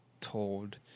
told